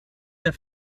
der